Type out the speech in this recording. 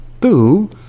Two